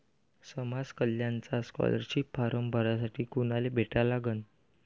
समाज कल्याणचा scholarship form भरासाठी कुनाले भेटा लागन?